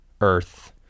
earth